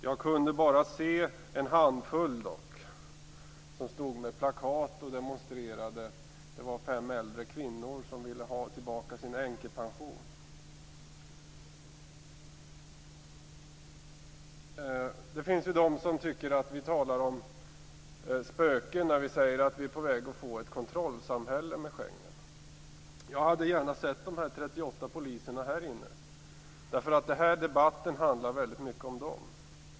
Jag kunde dock bara se en handfull som stod med plakat och demonstrerade. Det var fem äldre kvinnor som ville ha tillbaka sin änkepension. Det finns de som tycker att vi talar om spöken när vi säger att Schengen kommer att bidra till att vi får ett kontrollsamhälle. Jag hade gärna sett de 38 poliserna här inne. Den här debatten handlar väldigt mycket om dem.